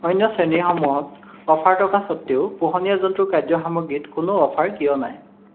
অন্য শ্ৰেণীসমূহত অফাৰ থকা স্বত্তেও পোহনীয়া জন্তুৰ খাদ্য সামগ্ৰীত কোনো অফাৰ কিয় নাই